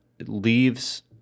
leaves